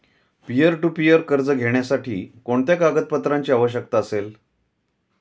Peer to peer कर्ज घेण्यासाठी कोणत्या कागदपत्रांची आवश्यकता असेल?